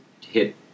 hit